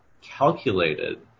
calculated